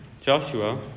Joshua